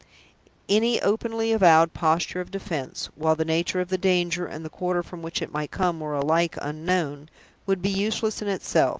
any openly avowed posture of defense while the nature of the danger, and the quarter from which it might come, were alike unknown would be useless in itself,